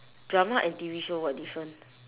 drama and T_V show what different